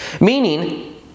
Meaning